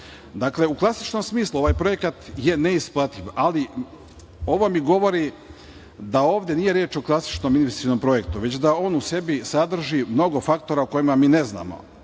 u klasičnom smislu ovaj projekat je neisplativ, ali ovo mi govori da ovde nije reč o klasičnom investicionom projektu, već da on u sebi sadrži mnogo faktora o kojima mi ne znamo.